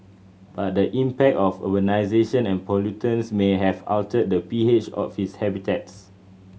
but the impact of urbanisation and pollutants may have altered the P H of its habitats